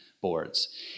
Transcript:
boards